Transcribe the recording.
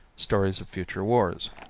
stories of future wars.